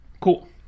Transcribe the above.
Cool